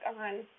on